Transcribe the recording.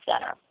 center